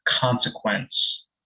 consequence